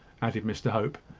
added mr hope.